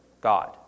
God